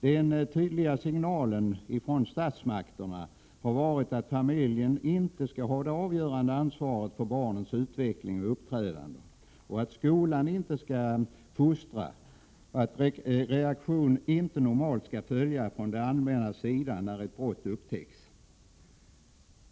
Den tydliga signalen från statsmakterna har varit att familjen inte skall ha det avgörande ansvaret för barnens utveckling och uppträdande, att skolan inte skall fostra och att en reaktion normalt inte skall följa från det allmännas sida när ett brott upptäcks.